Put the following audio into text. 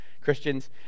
Christians